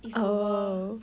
it's over